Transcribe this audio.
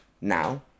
now